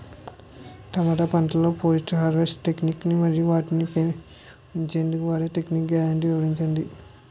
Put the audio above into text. టమాటా పంటలో post harvest techniques మరియు వాటిని ఉంచెందుకు వాడే టెక్నిక్స్ గ్యారంటీ వివరించండి?